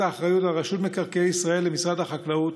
האחריות על רשות מקרקעי ישראל למשרד החקלאות,